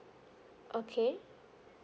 okay